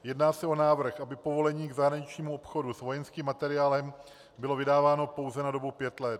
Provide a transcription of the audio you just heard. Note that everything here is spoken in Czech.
Jedná se o návrh, aby povolení k zahraničnímu obchodu s vojenským materiálem bylo vydáváno pouze na dobu pěti let.